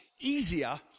easier